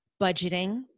Budgeting